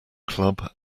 club